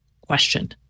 question